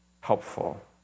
helpful